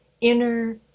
inner